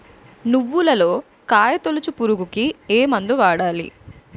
నువ్వులలో కాయ తోలుచు పురుగుకి ఏ మందు వాడాలి?